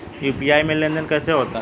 UPI में लेनदेन कैसे होता है?